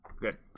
Good